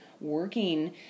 working